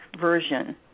version